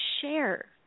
share